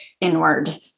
inward